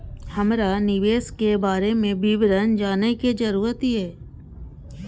हमरा निवेश के बारे में विवरण जानय के जरुरत ये?